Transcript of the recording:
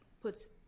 puts